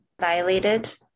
violated